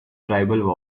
tribal